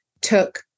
took